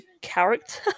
character